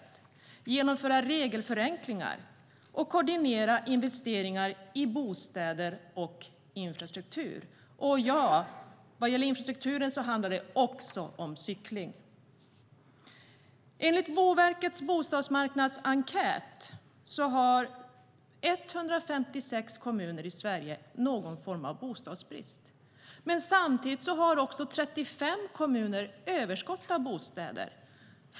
Det handlar också om att genomföra regelförenklingar och koordinera investeringar i bostäder och infrastruktur. Och - ja - vad gäller infrastrukturen handlar det också om cykling. Enligt Boverkets bostadsmarknadsenkät har 156 kommuner i Sverige någon form av bostadsbrist. Men samtidigt har 35 kommuner överskott av bostäder.